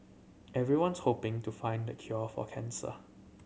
everyone's hoping to find the cure for cancer